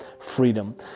freedom